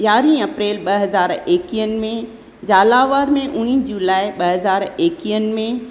यारहं अप्रेल ॿ हज़ार एकवीहनि में झालावार में उणिवीह जुलाए ॿ हज़ार एकवीहनि में